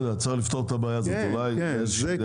צריך לפתור את הבעיה הזאת באיזושהי דרך.